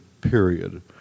period